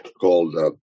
called